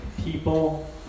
People